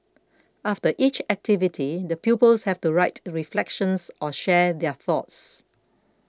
after each activity the pupils have to write reflections or share their thoughts